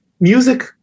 music